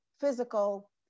physical